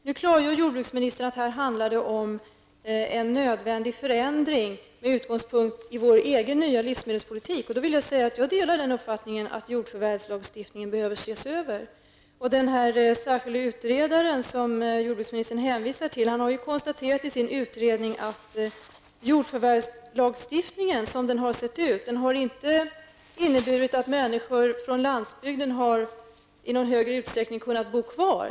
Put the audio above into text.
Nu klargör jordbruksministern att det här handlar om en nödvändig förändring med utgångspunkt i vår egen nya livsmedelspolitik. Jag delar uppfattningen att jordförvärvslagstiftningen behöver ses över. Den särskilda utredare som jordbruksministern hänvisar till har i sin utredning konstaterat att jordförvärvslagstiftningen, som den tidigare har sett ut, inte har inneburit att människor på landsbygden i någon större utsträckning har kunnat bo kvar.